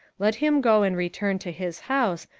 let him go and return to his house,